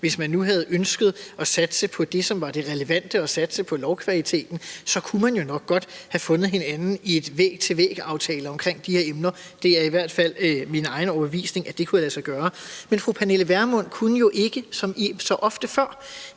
hvis man nu havde ønsket at satse på det, som var det relevante, at satse på lovkvaliteten, så kunne man nok godt have fundet hinanden i en væg til væg-aftale omkring de her emner. Det er i hvert fald min egen overbevisning, at det kunne have ladet sig gøre. Men fru Pernille Vermund kunne jo ikke som så ofte før